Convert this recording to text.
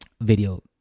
Video